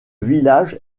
village